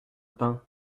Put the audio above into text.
pain